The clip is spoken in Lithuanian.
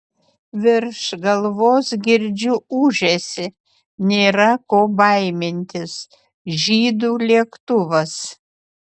virš galvos girdžiu ūžesį nėra ko baimintis žydų lėktuvas